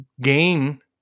gain